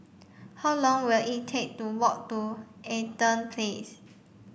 how long will it take to walk to Eaton Place